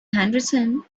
henderson